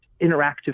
interactive